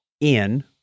in-